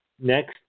Next